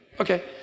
Okay